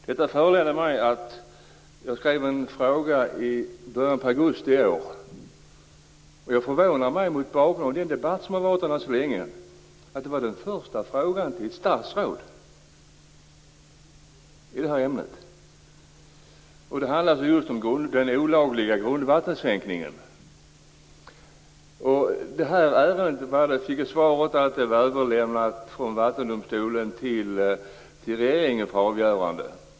Detta föranledde mig att skriva en fråga i början av augusti i år. Mot bakgrund av den debatt som så länge har förekommit förvånar det mig att detta var den första frågan till ett statsråd i detta ämne. Frågan handlade just om den olagliga grundvattensänkningen. Jag fick svaret att det här ärendet var överlämnat från Vattendomstolen till regeringen för avgörande.